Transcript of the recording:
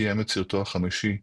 ביים את סרטו החמישי,